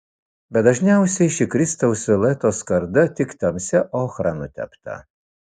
bet dažniausiai ši kristaus silueto skarda tik tamsia ochra nutepta